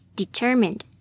determined